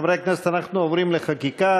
חברי הכנסת, אנחנו עוברים לחקיקה.